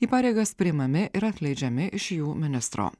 į pareigas priimami ir atleidžiami iš jų ministro